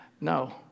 No